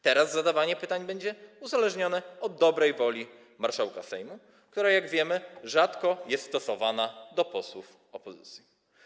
Teraz zadawanie pytań będzie uzależnione od dobrej woli marszałka Sejmu, która, jak wiemy, rzadko jest przejawiana w stosunku do posłów opozycji.